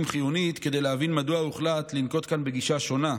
חיונית כדי להבין מדוע הוחלט לנקוט כאן גישה שונה,